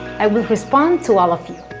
i will respond to all of you!